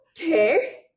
okay